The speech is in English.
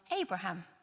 Abraham